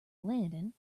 landing